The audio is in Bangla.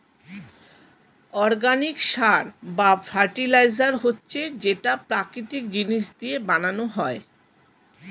অর্গানিক সার বা ফার্টিলাইজার হচ্ছে যেটা প্রাকৃতিক জিনিস দিয়ে বানানো হয়